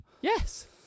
Yes